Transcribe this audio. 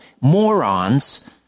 morons